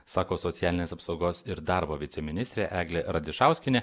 sako socialinės apsaugos ir darbo viceministrė eglė radišauskienė